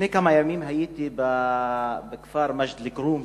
לפני כמה ימים הייתי בכפר מג'ד-אל-כרום,